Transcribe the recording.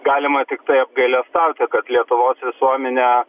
galima tiktai apgailestauti kad lietuvos visuomenė